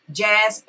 jazz